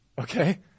okay